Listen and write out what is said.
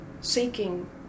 seeking